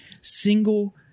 single